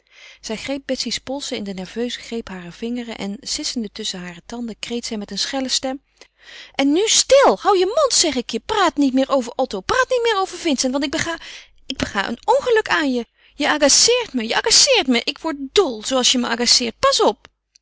zij greep betsy's polsen in den nerveuzen greep harer vingeren en sissende tusschen hare tanden kreet zij met een schelle stem en nu stil hou je mond zeg ik je praat niet meer over otto praat niet meer over vincent want ik bega ik bega een ongeluk aan je je agaceert me je agaceert me ik word dol zooals je me agaceert pas op